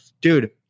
dude